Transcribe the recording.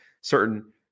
certain